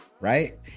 right